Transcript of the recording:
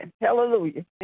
Hallelujah